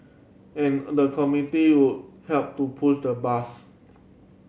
and the would help to push the bus